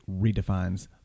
redefines